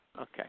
Okay